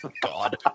God